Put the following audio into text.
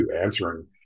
answering